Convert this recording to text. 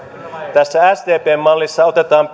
tässä sdpn mallissa otetaan